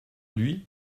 lui